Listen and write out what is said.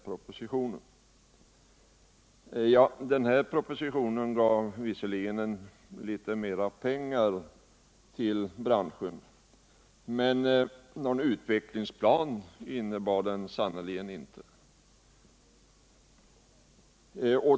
Propositionen gav visserligen litet mera pengar till branschen, men någon utvecklingsplan innebar den sannerligen inte.